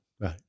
right